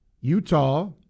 Utah